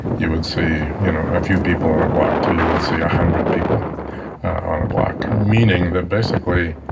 you would see you know a few people on a block to you would see a hundred people on a block. meaning, that basically